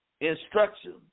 instruction